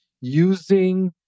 using